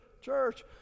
church